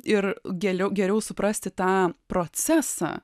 ir geriau geriau suprasti tą procesą